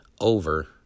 over